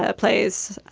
ah plays.